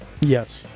Yes